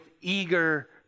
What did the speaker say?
eager